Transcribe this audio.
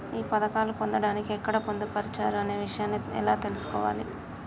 ఈ పథకాలు పొందడానికి ఎక్కడ పొందుపరిచారు అనే విషయాన్ని ఎలా తెలుసుకోవాలి?